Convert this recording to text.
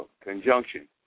conjunction